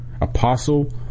apostle